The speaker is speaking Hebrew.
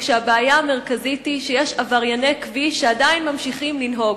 כשהבעיה המרכזית היא שיש עברייני כביש שעדיין ממשיכים לנהוג.